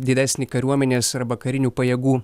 didesnį kariuomenės arba karinių pajėgų